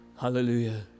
Hallelujah